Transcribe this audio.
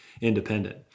independent